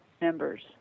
members